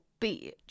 bitch